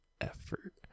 effort